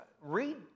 read